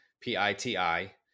P-I-T-I